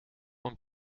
een